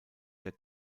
der